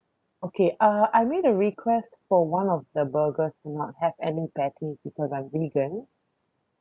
okay uh I made a request for one of the burgers not have any patties because I'm vegan